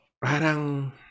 parang